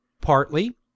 partly